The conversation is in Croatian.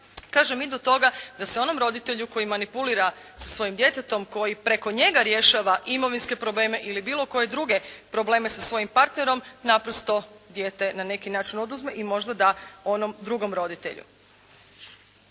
kažem i do toga da se onom roditelju koji manipulira svojim djetetom, koji preko njega rješava imovinske probleme ili bilo koje druge probleme sa svojim partnerom naprosto dijete na neki način oduzme i možda da onom drugom roditelju.